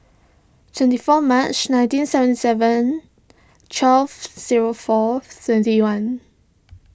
twenty four March nineteen seventy seven twelve zero four twenty one